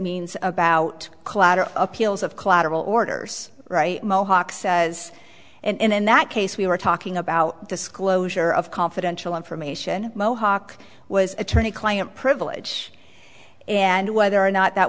means about collateral appeals of collateral orders mohawks says and in that case we were talking about disclosure of confidential information mohawk was attorney client privilege and whether or not that